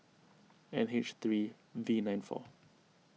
N H three V nine four